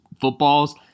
footballs